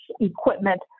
equipment